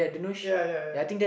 ya ya ya